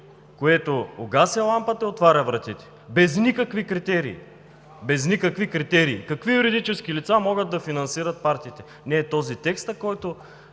което гаси лампата и отваря вратите – без никакви критерии. Без никакви критерии! Какви юридически лица могат да финансират партиите? Не е този текстът, който